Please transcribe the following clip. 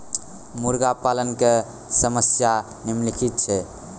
मुर्गा पालन के समस्या निम्नलिखित छै